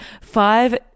five